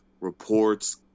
reports